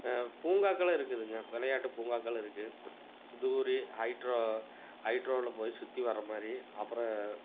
பூங்காக்களும் இருக்குதுங்க விளையாட்டு பூங்காக்கள் இருக்குது தூரி ஹைட்ரோ ஹைட்ரோவில் போய் சுற்றி வர மாதிரி அப்புறோம்